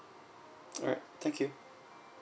alright thank you